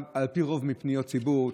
ועל פי רוב מפניות ציבור.